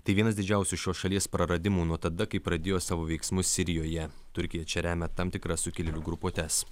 tai vienas didžiausių šios šalies praradimų nuo tada kai pradėjo savo veiksmus sirijoje turkija čia remia tam tikras sukilėlių grupuotes